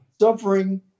Suffering